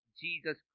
Jesus